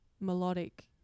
Melodic